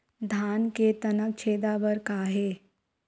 धान के तनक छेदा बर का हे?